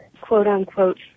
quote-unquote